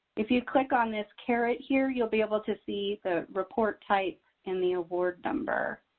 if you click on this caret here, you'll be able to see the report type in the award number.